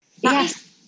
Yes